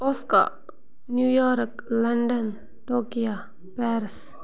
Osaka New York London Tokyo Paris